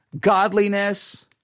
godliness